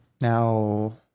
now